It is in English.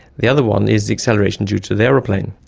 the other one is acceleration due to the aeroplane.